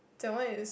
that one is